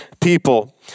people